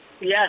Yes